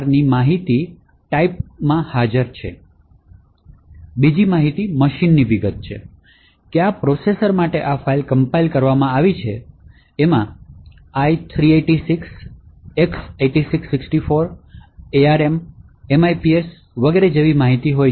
બીજી માહિતી મશીનની વિગત છે ક્યાં પ્રોસેસર માટે આ ફાઇલ કમ્પાઇલ કરવામાં આવી છે એમાં i386 X86 64 ARM MIPS વગેર જેવી માહિતી હોય